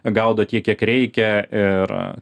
gaudo tiek kiek reikia ir